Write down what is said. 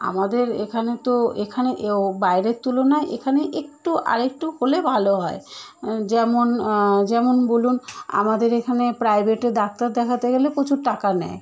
আমাদের এখানে তো এখানে এও বাইরের তুলনায় এখানে একটু আর একটু হলে ভালো হয় যেমন যেমন বলুন আমাদের এখানে প্রায় ডেটে ডাক্তার দেখাতে গেলে প্রচুর টাকা নেয়